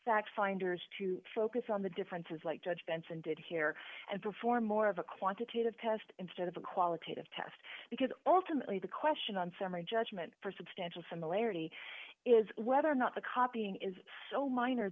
fact finders to focus on the differences like judge benson did here and perform more of a quantitative test instead of a qualitative test because ultimately the question on summary judgment for substantial similarity is whether or not the copying is so minor